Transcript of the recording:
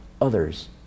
others